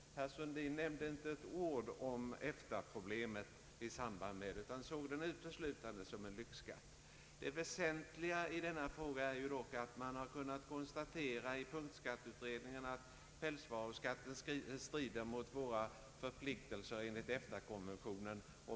Herr Sundin nämnde inte ett ord om EFTA-problemet när det gäller denna utan såg den uteslutande som en lyxskatt. Det väsentliga i denna fråga är dock att man i punktskatteutredningen kunnat konstatera att pälsvaruskatten strider mot våra förpliktelser enligt EFTA-konventionen.